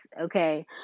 okay